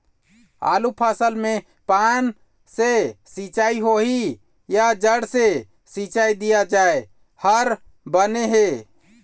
आलू फसल मे पान से सिचाई होही या जड़ से सिचाई दिया जाय हर बने हे?